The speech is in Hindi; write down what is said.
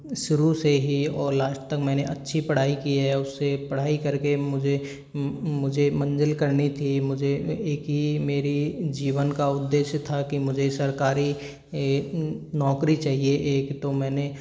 शुरू से ही और लास्ट तक मैंने अच्छी पढ़ाई की है उससे पढ़ाई करके मुझे मुझे मंज़िल करनी थी मुझे एक ये मेरे जीवन का उद्देश्य था कि मुझे सरकारी नौकरी चाहिए एक तो मैंने